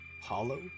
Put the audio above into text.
hollow